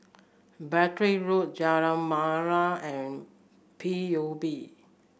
Battery Road Jalan Molek and P U B